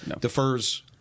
defers –